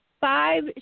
five